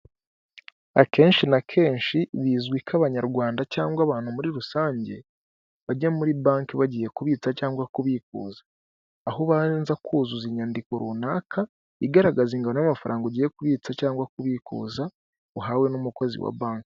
Akenshi na kenshi, bizwi ko abanyarwanda cyangwa abantu muri rusange bajya muri banki bagiye kubitsa cyangwa kubikuza. Aho ubanza kuzuza inyandiko runaka igaragaza ingano y'amafaranga ugiye kubitsa cyangwa kubikuza, uhawe n'umukozi wa banki.